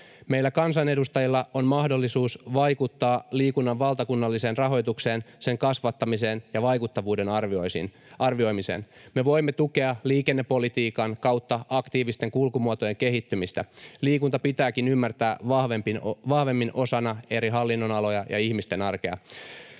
Meillä kansanedustajilla on mahdollisuus vaikuttaa liikunnan valtakunnalliseen rahoitukseen, sen kasvattamiseen ja vaikuttavuuden arvioimiseen. Me voimme tukea liikennepolitiikan kautta aktiivisten kulkumuotojen kehittymistä. Liikunta pitääkin ymmärtää vahvemmin osana eri hallinnonaloja ja ihmisten arkea.